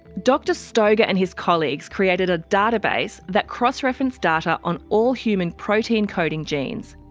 dr stoeger and his colleagues created a database that cross-referenced data on all human protein coding genes,